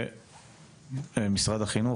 ומשרד החינוך,